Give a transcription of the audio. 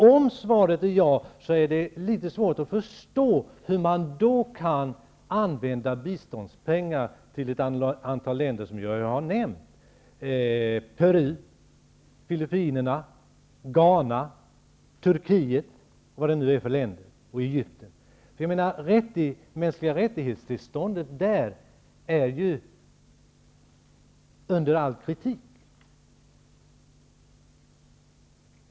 Om svaret är ja är det litet svårt att förstå hur man kan använda biståndspengar till ett antal länder som jag har nämnt: Peru, Filippinerna, Ghana, Turkiet, Egypten och vad det nu är för länder. Tillståndet för de mänskliga rättigheterna i de länderna är ju under all kritik.